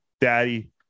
daddy